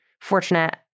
fortunate